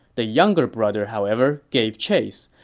the younger brother, however, gave chase.